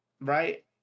right